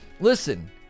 listen